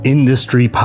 Industry